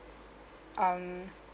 um